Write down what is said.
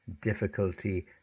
difficulty